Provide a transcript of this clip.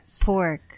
pork